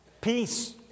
peace